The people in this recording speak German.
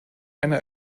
einer